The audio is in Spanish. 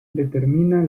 determina